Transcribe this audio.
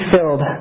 filled